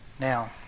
Now